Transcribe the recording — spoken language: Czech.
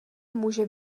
může